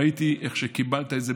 ראיתי איך קיבלת את זה,